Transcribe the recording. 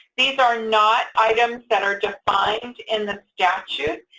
these are not items that are defined in the statute.